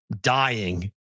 dying